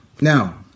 Now